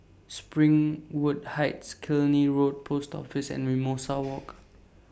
Springwood Heights Killiney Road Post Office and Mimosa Walk